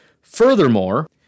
Furthermore